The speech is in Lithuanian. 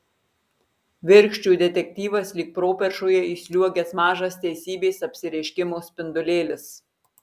virkščių detektyvas lyg properšoje įsliuogęs mažas teisybės apsireiškimo spindulėlis